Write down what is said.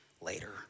later